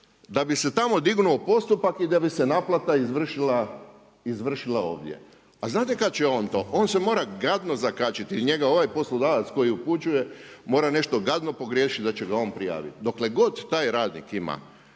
da bi se tamo dignuo postupak i da bi se naplata izvršila ovdje. A znate kad će on to? On se mora gadno zakačiti. Njega ovaj poslodavac koji upućuje mora nešto gadno pogriješiti da će ga on prijaviti. Dokle god taj radnik ima